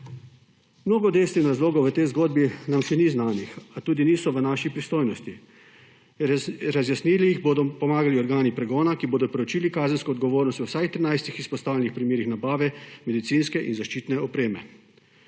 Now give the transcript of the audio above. Mnogo dejstev in razlogov v tej zgodbi nam še ni znanih, a tudi niso v naši pristojnosti. Razjasniti jih bodo pomagali organi pregona, ki bodo proučili kazensko odgovornost v vsaj 13 izpostavljenih primerih nabave medicinske in zaščitne opreme.